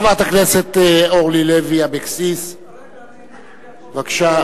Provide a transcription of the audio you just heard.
חברת הכנסת אורלי לוי אבקסיס, בבקשה.